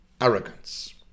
arrogance